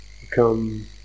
become